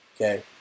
Okay